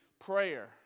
prayer